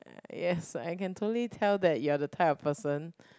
yes I can totally tell that you are the type of person